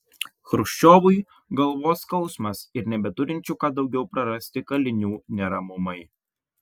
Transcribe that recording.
chruščiovui galvos skausmas ir nebeturinčių ką daugiau prarasti kalinių neramumai